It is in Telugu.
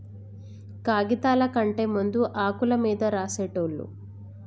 కాగిదాల కంటే ముందు ఆకుల మీద రాసేటోళ్ళు